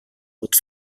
wird